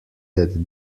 that